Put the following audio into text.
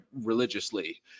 religiously